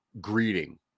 greeting